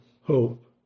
hope